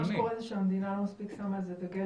לדעתי מה שקורה כרגע הוא שהמדינה לא מספיק שמה על זה דגש.